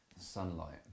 sunlight